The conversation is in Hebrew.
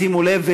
שימו לב,